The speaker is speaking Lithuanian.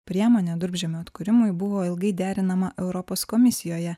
priemonė durpžemio atkūrimui buvo ilgai derinama europos komisijoje